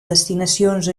destinacions